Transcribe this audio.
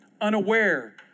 unaware